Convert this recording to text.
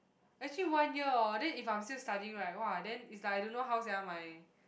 actually one year or then if I'm still studying right [wah] then is like I don't know how sia my